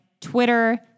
Twitter